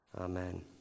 amen